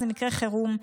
זה מקרה חירום,